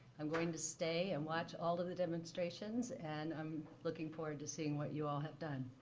i'm going to stay and watch all of the demonstrations. and i'm looking forward to seeing what you all have done.